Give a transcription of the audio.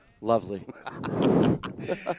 Lovely